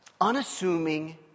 unassuming